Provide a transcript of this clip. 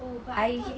oh but I thought